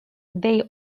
they